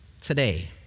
Today